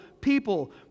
people